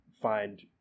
find